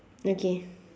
okay